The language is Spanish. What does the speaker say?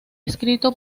escrito